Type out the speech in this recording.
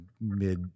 mid